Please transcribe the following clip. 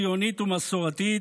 ציונית ומסורתית,